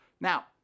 Now